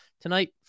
Tonight